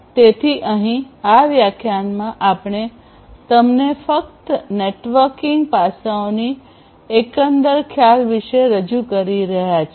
તેથી અહીં આ વ્યાખ્યાનમાં આપણે તમને ફક્ત નેટવર્કિંગ પાસાઓની એકંદર ખ્યાલ વિશે રજૂ કરી રહ્યા છીએ